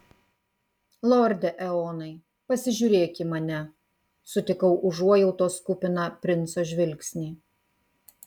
lorde eonai pasižiūrėk į mane sutikau užuojautos kupiną princo žvilgsnį